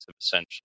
essentially